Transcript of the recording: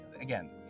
Again